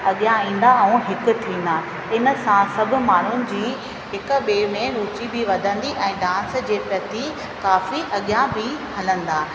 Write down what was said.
अॻियां ईंदा ऐं हिकु थींदा इन सां सभु माण्हुनि जी हिक ॿिए में रुचि बि वधंदी ऐं डांस जे प्रति काफ़ी अॻियां बि हलंदा